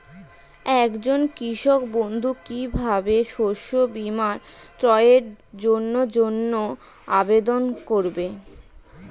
একজন কৃষক বন্ধু কিভাবে শস্য বীমার ক্রয়ের জন্যজন্য আবেদন করবে?